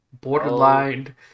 borderline